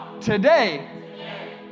Today